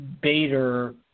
Bader